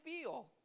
feel